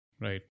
Right